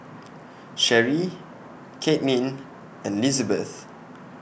Cherrie Kaitlynn and Lizabeth